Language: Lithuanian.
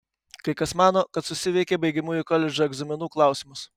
kai kas mano kad susiveikė baigiamųjų koledžo egzaminų klausimus